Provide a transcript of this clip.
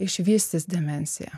išvystys demenciją